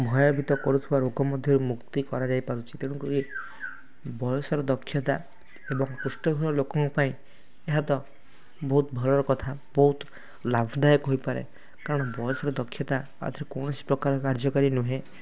ଭୟଭୀତ କରୁଥିବା ରୋଗ ମଧ୍ୟରୁ ମୁକ୍ତି କରାଯାଇ ପାରୁଛି ତେଣୁ କରି ବୟସର ଦକ୍ଷତା ଏବଂ କଷ୍ଟକର ଲୋକଙ୍କ ପାଇଁ ଏହା ତ ବହୁତ ଭଲ କଥା ବହୁତ ଲାଭଦାୟକ ହୋଇପାରେ କାରଣ ବୟସର ଦକ୍ଷତା ଆଉ ଥରେ କୌଣସି ପ୍ରକାର କାର୍ଯ୍ୟକାରୀ ନୁହେଁ